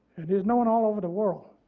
it is known all over the world.